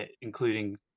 including